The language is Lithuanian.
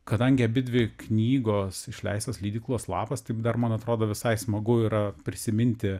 kadangi abidvi knygos išleistos leidyklos lapas taip dar man atrodo visai smagu yra prisiminti